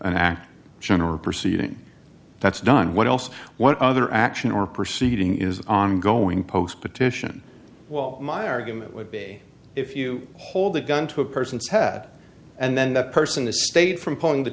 general proceeding that's done what else what other action or proceeding is ongoing post petition well my argument would be if you hold a gun to a person's head and then that person the state from pulling the